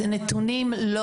אלה נתונים לא